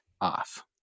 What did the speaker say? off